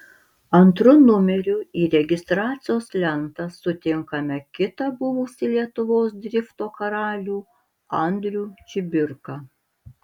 antru numeriu į registracijos lentą sutinkame kitą buvusį lietuvos drifto karalių andrių čibirką